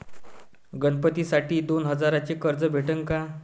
गणपतीसाठी दोन हजाराचे कर्ज भेटन का?